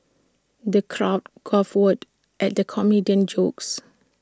the crowd guffawed at the comedian's jokes